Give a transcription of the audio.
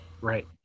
right